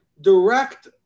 direct